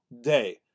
day